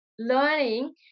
Learning